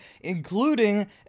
including